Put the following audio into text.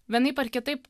vienaip ar kitaip